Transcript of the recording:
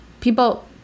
people